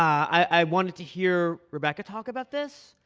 i wanted to hear rebecca talk about this.